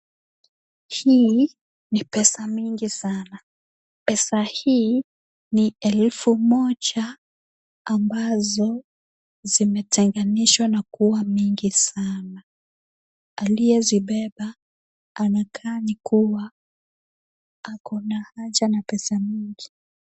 Hii ni pesa mingi sana, pesa hii ni elfu moja ambazo zimechanganishwa na kuwa mingi sana, aliyezibeba anakaa alikuwa ako na haja na pesa mingi.